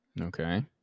okay